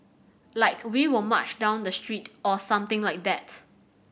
like we will march down the street or something like that